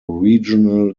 regional